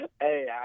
Hey